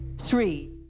three